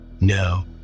No